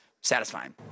satisfying